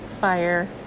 fire